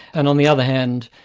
and on the other hand,